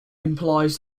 implies